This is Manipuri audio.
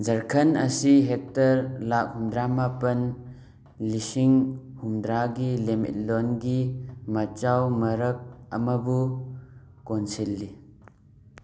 ꯖꯔꯈꯟ ꯑꯁꯤ ꯍꯦꯛꯇꯔ ꯂꯥꯈ ꯍꯨꯝꯗ꯭ꯔꯥ ꯃꯥꯄꯟ ꯂꯤꯁꯤꯡ ꯍꯨꯝꯃꯗ꯭ꯔꯥꯒꯤ ꯂꯝꯃꯤꯠꯂꯣꯟꯒꯤ ꯃꯆꯥꯎ ꯃꯔꯛ ꯑꯃꯕꯨ ꯀꯣꯟꯁꯤꯜꯂꯤ